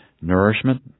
nourishment